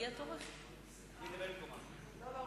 אדבר במקומה.